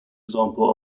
example